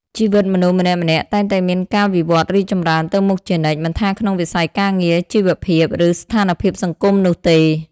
ជីវិតមនុស្សម្នាក់ៗតែងតែមានការវិវត្តន៍រីកចម្រើនទៅមុខជានិច្ច មិនថាក្នុងវិស័យការងារ ជីវភាព ឬស្ថានភាពសង្គមនោះទេ។